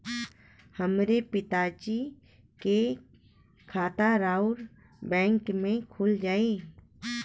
हमरे पिता जी के खाता राउर बैंक में खुल जाई?